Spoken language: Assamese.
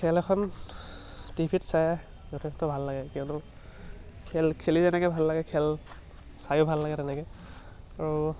খেল এখন টিভি ত চাই যথেষ্ট ভাল লাগে কিয়নো খেল খেলি যেনেকৈ ভাল লাগে খেল চায়ো ভাল লাগে তেনেকৈ আৰু